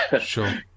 sure